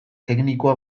teknikoa